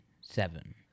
seven